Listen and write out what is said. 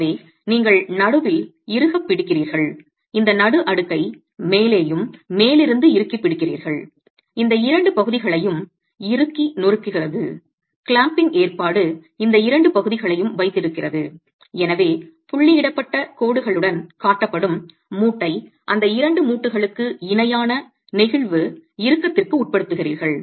எனவே நீங்கள் நடுவில் இறுகப் பிடிக்கிறீர்கள் இந்த நடு அடுக்கை மேலேயும் மேலிருந்தும் இறுக்கிப் பிடிக்கிறீர்கள் இந்த இரண்டு பகுதிகளையும் இறுக்கி நொறுக்குகிறது கிளாம்பிங் ஏற்பாடு இந்த இரண்டு பகுதிகளையும் வைத்திருக்கிறது எனவே புள்ளியிடப்பட்ட கோடுகளுடன் காட்டப்படும் மூட்டை அந்த இரண்டு மூட்டுகளுக்கு இணையான நெகிழ்வு இறுக்கத்திற்கு உட்படுத்துகிறீர்கள்